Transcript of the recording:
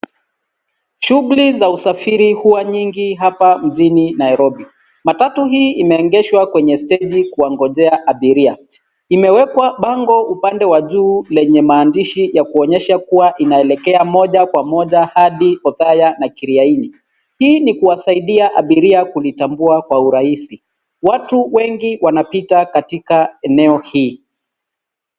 Shughuli za usafiri huwa nyingi hapa mjini Nairobi. Matatu hii imeegeshwa kwenye steji kuwangojea abiria. Limewekwa bango upande wa juu lenye maandishi ya kuonyesha linaelekea moja kwa moja hadi Othaya na Kirieini hii ni kuwasaidia abiria kulitabua kwa urahisi watu wengi wanapita katika eneo hii.